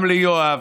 גם ליואב,